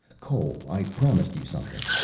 cole, i promised you something.